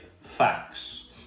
facts